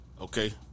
Okay